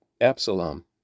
Absalom